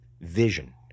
vision